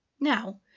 Now